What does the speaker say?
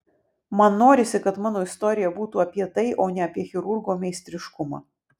man norisi kad mano istorija būtų apie tai o ne apie chirurgo meistriškumą